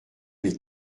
les